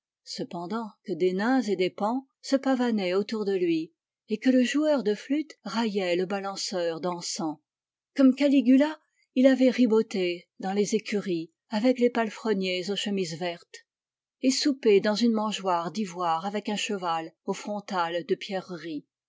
pendant que des nains et des paons se pavanaient autour de lui et que le joueur de flûte raillait le balanceur d'encens gomme galiguia il avait riboté dans les écuries avec les palefreniers aux chemises vertes et soupé dans une mangeoire d'ivoire avec un cheval au frontal de pierreries